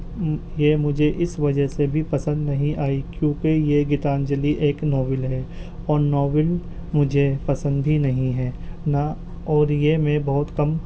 یہ مجھے اس وجہ سے بھی پسند نہیں آئی کیونکہ یہ گیتانجلی ایک ناول ہے اور ناول مجھے پسند بھی نہیں ہے نہ اور یہ میں بہت کم